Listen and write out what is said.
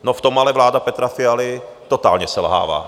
No, v tom ale vláda Petra Fialy totálně selhává.